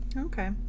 Okay